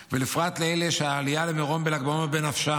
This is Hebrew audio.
ובפרט לאלה שהעלייה למירון בל"ג בעומר בנפשם.